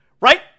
Right